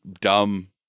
dumb